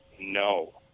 no